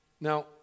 Now